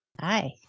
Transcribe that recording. Hi